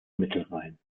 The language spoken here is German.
mittelrhein